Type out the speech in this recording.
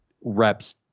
reps